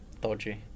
dodgy